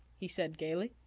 he said gaily.